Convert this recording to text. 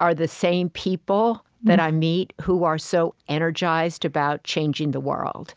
are the same people that i meet who are so energized about changing the world.